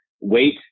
wait